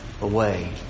away